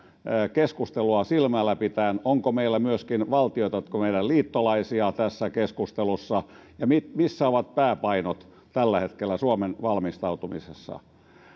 keskustelua silmällä pitäen onko myöskin valtioita jotka ovat meidän liittolaisiamme tässä keskustelussa missä ovat pääpainot tällä hetkellä suomen valmistautumisessa